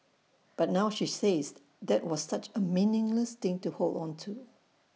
but now she says that was such A meaningless thing to hold on to